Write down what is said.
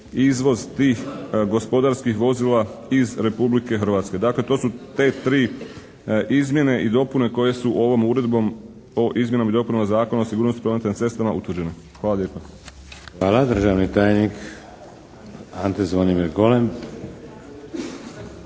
izvoz tih gospodarskih vozila iz Republike Hrvatske. Dakle, to su te 3 izmjene i dopune koje su ovom Uredbom o izmjenama i dopunama Zakona o sigurnosti prometa na cestama utvrđene. Hvala lijepa. **Šeks, Vladimir (HDZ)** Hvala. Državni tajnik Ante Zvonimir Golem.